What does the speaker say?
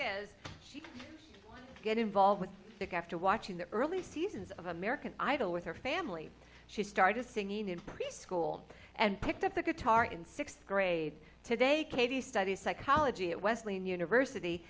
next get involved after watching the early seasons of american idol with her family she started singing in preschool and picked up the guitar in sixth grade today katie studied psychology at wesleyan university